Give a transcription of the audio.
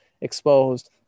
exposed